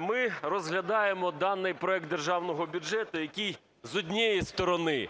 Ми розглядаємо даний проект Державного бюджету, який, з однієї сторони,